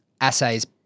assays